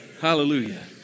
Hallelujah